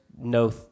no